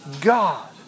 God